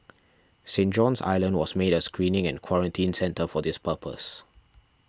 Saint John's Island was made a screening and quarantine centre for this purpose